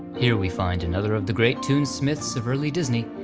here we find another of the great tunesmiths of early disney,